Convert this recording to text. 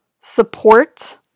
Support